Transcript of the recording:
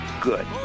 good